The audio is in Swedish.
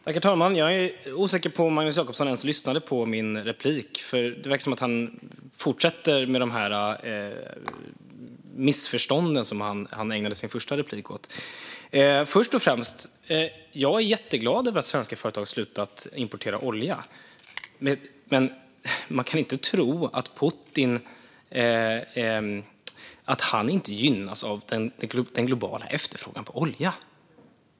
Herr talman! Jag är osäker på om Magnus Jacobsson ens lyssnade på min replik; det verkade som att han fortsatte med de missförstånd som han ägnade sin första replik åt. Först och främst: Jag är jätteglad över att svenska företag har slutat att importera olja. Men man kan inte tro att Putin inte gynnas av den globala efterfrågan på olja.